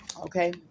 Okay